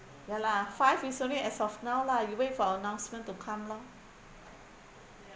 ya lah five recently as of now lah you wait for announcement to come lor